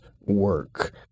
work